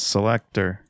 Selector